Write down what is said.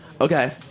Okay